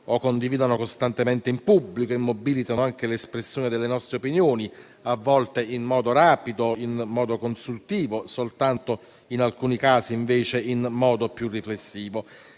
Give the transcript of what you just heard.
li condividano costantemente in pubblico e mobilitino anche l'espressione delle nostre opinioni, a volte in modo rapido e consultivo, soltanto in alcuni casi invece in modo più riflessivo.